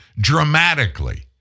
dramatically